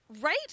Right